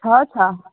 छ छ